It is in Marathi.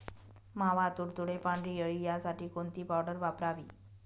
मावा, तुडतुडे, पांढरी अळी यासाठी कोणती पावडर वापरावी?